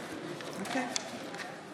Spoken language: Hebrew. ממשיכים.